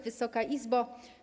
Wysoka Izbo!